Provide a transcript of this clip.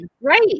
right